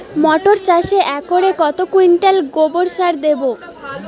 মটর চাষে একরে কত কুইন্টাল গোবরসার দেবো?